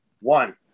One